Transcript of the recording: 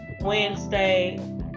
Wednesday